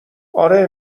آره